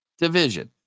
division